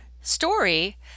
story